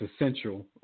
essential